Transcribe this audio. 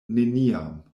neniam